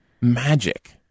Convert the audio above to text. Magic